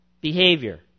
behavior